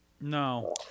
No